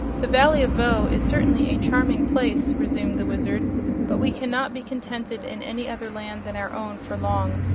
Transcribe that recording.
the valley of voe is certainly a charming place, resumed the wizard but we cannot be contented in any other land than our own, for long.